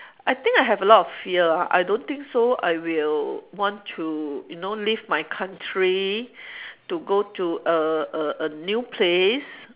I think I have a lot of fear I don't think so I will want to you know leave my country to go to a a a new place